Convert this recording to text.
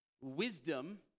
wisdom